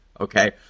okay